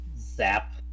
Zap